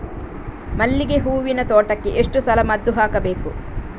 ಮಲ್ಲಿಗೆ ಹೂವಿನ ತೋಟಕ್ಕೆ ಎಷ್ಟು ಸಲ ಮದ್ದು ಹಾಕಬೇಕು?